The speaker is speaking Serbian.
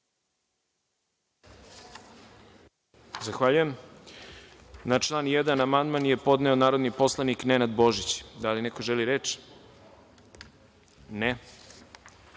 Zahvaljujem. Na član 1. amandman je podneo narodni poslanik Nenad Božić. Da li neko želi reč?